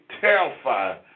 terrified